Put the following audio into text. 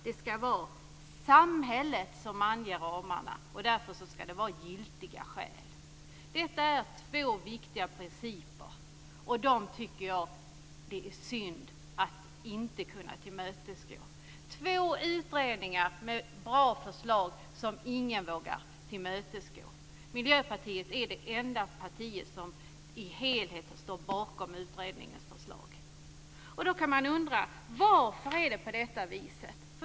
Det ska vara samhället som anger ramarna, och därför ska det vara giltiga skäl. Detta är två viktiga principer, och dem tycker jag det är synd att inte kunna tillmötesgå. Det är två utredningar med bra förslag som ingen vågar tillmötesgå. Miljöpartiet är det enda parti som i helhet står bakom utredningens förslag. Då kan man undra: Varför är det på det viset?